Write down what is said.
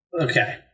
Okay